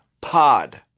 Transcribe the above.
Pod